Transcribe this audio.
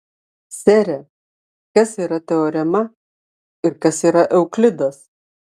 sere kas yra teorema ir kas yra euklidas